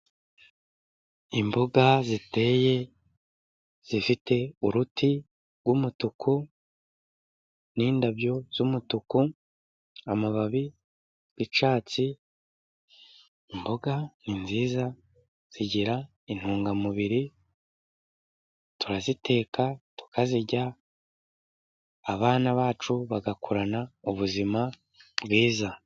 Imboga ziteye zifite uruti rw'umutuku, n'indabyo z'umutuku, amababi y'icyatsi. Imboga ni nziza zigira intungamubiri. Turaziteka tukazirya, abana bacu bagakurana ubuzima bwiza.